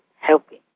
helping